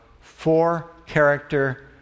four-character